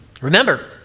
Remember